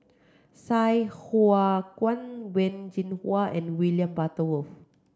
Sai Hua Kuan Wen Jinhua and William Butterworth